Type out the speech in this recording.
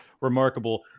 remarkable